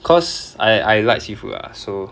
cause I I like seafood ah so